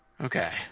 Okay